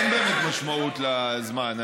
אין באמת משמעות לזמן.